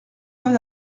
pas